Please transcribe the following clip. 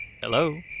Hello